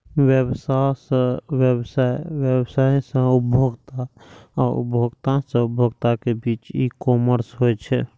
व्यवसाय सं व्यवसाय, व्यवसाय सं उपभोक्ता आ उपभोक्ता सं उपभोक्ता के बीच ई कॉमर्स होइ छै